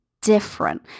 different